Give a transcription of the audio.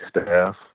staff